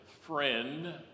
friend